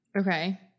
Okay